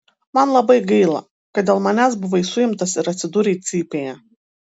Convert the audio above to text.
man labai gaila kad dėl manęs buvai suimtas ir atsidūrei cypėje